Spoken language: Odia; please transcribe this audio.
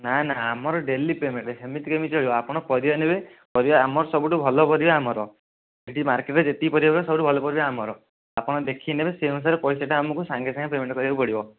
ନାଁ ନାଁ ଆମର ଡେଲି ପେମେଣ୍ଟ୍ ସେମିତି କେମିତି ଚଳିବ ଆପଣ ପରିବା ନେବେ ପରିବା ଆମର ସବୁଠାରୁ ଭଲ ପରିବା ଆମର ଏଠି ମାର୍କେଟରେ ଯେତିକି ପରିବା ବେପାରି ସବୁଠାରୁ ଭଲ ପରିବା ଆମର ଆପଣ ଦେଖିକି ନେବେ ସେହି ଅନୁସାରେ ପଇସାଟା ଆମକୁ ସାଙ୍ଗେ ସାଙ୍ଗେ ପେମେଣ୍ଟ୍ କରିବାକୁ ପଡ଼ିବ